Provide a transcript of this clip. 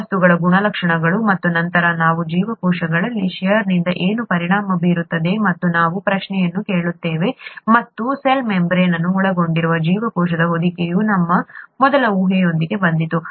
ವಸ್ತುಗಳ ಗುಣಲಕ್ಷಣಗಳು ಮತ್ತು ನಂತರ ನಾವು ಜೀವಕೋಶಗಳಲ್ಲಿನ ಷೇರ್ನಿಂದ ಏನು ಪರಿಣಾಮ ಬೀರುತ್ತದೆ ಮತ್ತು ನಾವು ಪ್ರಶ್ನೆಯನ್ನು ಕೇಳುತ್ತೇವೆ ಮತ್ತು ಲ್ ಮೆಂಬರೇನ್ ಅನ್ನು ಒಳಗೊಂಡಿರುವ ಜೀವಕೋಶದ ಹೊದಿಕೆಯು ನಮ್ಮ ಮೊದಲ ಊಹೆಯೊಂದಿಗೆ ಬಂದಿತು